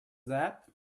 that